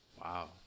wow